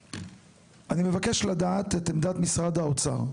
אני מבקש לדעת את עמדת משרד האוצר,